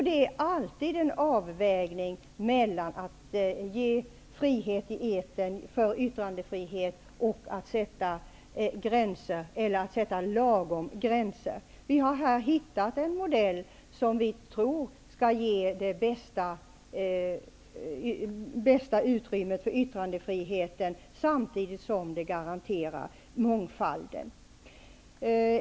Det är alltid en avvägning mellan att ge yttrandefrihet i etern och att sätta lagom gränser. Vi har hittat en modell som vi tror skall ge det bästa utrymmet för yttrandefriheten samtidigt som det garanterar mångfalden.